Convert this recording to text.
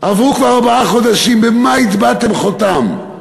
עברו כבר ארבעה חודשים, במה הטבעתם חותם?